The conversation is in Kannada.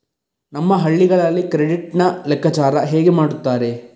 ನಮ್ಮ ಹಳ್ಳಿಗಳಲ್ಲಿ ಕ್ರೆಡಿಟ್ ನ ಲೆಕ್ಕಾಚಾರ ಹೇಗೆ ಮಾಡುತ್ತಾರೆ?